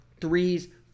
threes